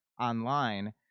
online